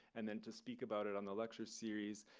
and then to speak about it on the lecture series.